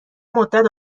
مدت